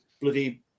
bloody